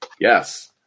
Yes